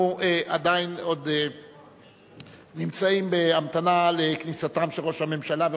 אנחנו עדיין נמצאים בהמתנה לכניסתם של ראש הממשלה,